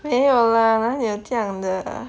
没有 lah 哪里有这样的 lah